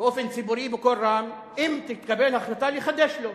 באופן ציבורי, בקול רם, אם תתקבל החלטה לחדש לו.